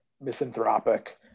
misanthropic